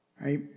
Right